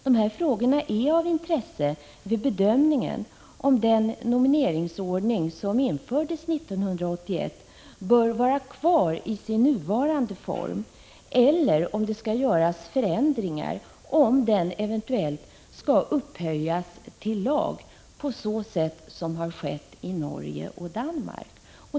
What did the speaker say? Dessa frågor är av intresse vid bedömningen av om den nomineringsordning som infördes 1981 bör vara kvar i sin nuvarande form eller om den skall ändras och eventuellt upphöjas till lag liksom i Norge och Danmark.